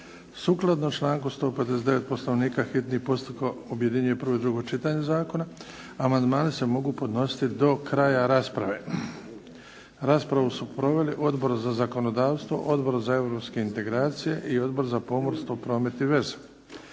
Sukladno članku 159. Poslovnika hitni postupak objedinjuje prvo i drugo čitanje zakona. Amandmani se mogu podnositi do kraja rasprave. Raspravu su proveli Odbor za zakonodavstvo, Odbor za europske integracije i Odbor za pomorstvo, promet i veze.